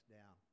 down